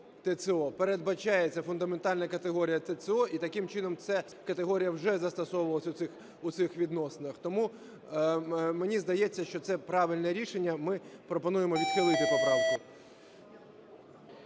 ТЦО передбачається, фундаментальна категорія ТЦО, і таким чином ця категорія вже застосовувалася у цих відносинах. Тому мені здається, що це правильне рішення. Ми пропонуємо відхилити поправку.